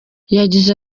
yagize